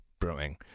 brewing